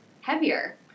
heavier